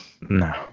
No